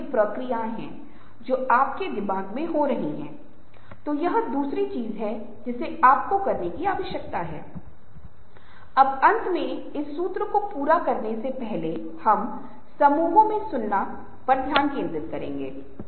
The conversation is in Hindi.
" to born a gentleman is a accident but to die a gentleman is a achievement born a gentleman is an accident but to die a gentleman is an achievement